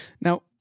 Now